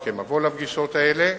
עוד כמבוא לפגישות האלה,